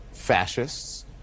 fascists